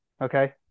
okay